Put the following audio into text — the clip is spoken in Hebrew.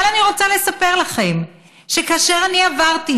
אבל אני רוצה לספר לכם שכאשר אני עברתי